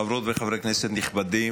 חברות וחברי כנסת נכבדים,